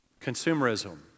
Consumerism